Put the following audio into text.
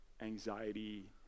anxiety